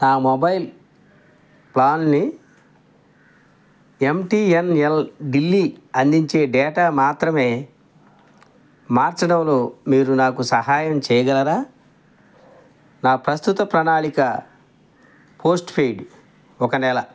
నా మొబైల్ ప్లాన్ని M T N L Delhi అందించే డేటా మాత్రమే మార్చడంలో మీరు నాకు సహాయం చేయగలరా నా ప్రస్తుత ప్రణాళిక పోస్ట్పెయిడ్ ఒక నెల